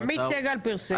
עמית סגל פירסם.